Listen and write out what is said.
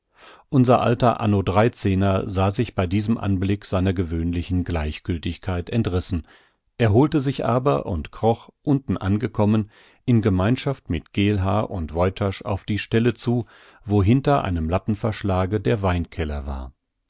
unser alter anno dreizehner sah sich bei diesem anblick seiner gewöhnlichen gleichgültigkeit entrissen erholte sich aber und kroch unten angekommen in gemeinschaft mit geelhaar und woytasch auf die stelle zu wo hinter einem lattenverschlage der weinkeller war